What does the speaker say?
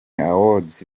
awards